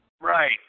Right